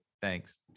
Thanks